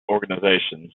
organisations